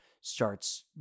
starts